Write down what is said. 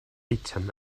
eitem